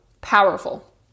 powerful